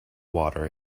water